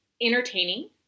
entertaining